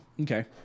Okay